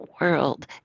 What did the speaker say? world